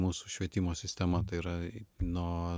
mūsų švietimo sistema tai yra nuo